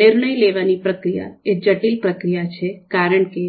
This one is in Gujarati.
નિર્ણય લેવાની પ્રક્રિયાએ જટિલ પ્રક્રિયા છે કારણ કે